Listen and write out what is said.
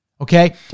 Okay